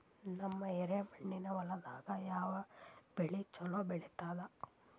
ನಮ್ಮ ಎರೆಮಣ್ಣಿನ ಹೊಲದಾಗ ಯಾವ ಬೆಳಿ ಚಲೋ ಬೆಳಿತದ?